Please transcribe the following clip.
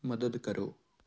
ਮਦਦ ਕਰੋ